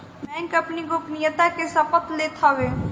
bank अपनी गोपनीयता के शपथ लेत हवे